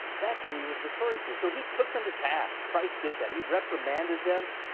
that's who he was referring to. so, he took them to task. christ did that. he reprimanded them,